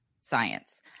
science